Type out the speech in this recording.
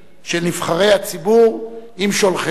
של נבחרי הציבור עם שולחיהם.